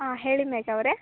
ಹಾಂ ಹೇಳಿ ಮೇಘ ಅವರೆ